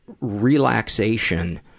relaxation